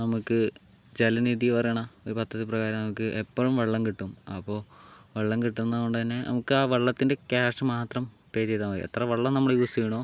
നമുക്ക് ജലനിധി പറയണ ഒരു പദ്ധതി പ്രകാരം നമുക്ക് എപ്പഴും വെള്ളം കിട്ടും അപ്പോൾ വെള്ളം കിട്ടുന്നോണ്ടുതന്നെ നമുക്കാ വെള്ളത്തിൻ്റെ ക്യാഷ് മാത്രം പേ ചെയ്താൽ മതി എത്ര വെള്ളം നമ്മൾ യൂസെയുന്നോ